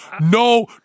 No